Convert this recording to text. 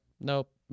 nope